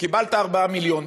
קיבלת 4 מיליון,